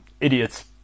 idiots